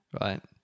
right